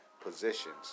positions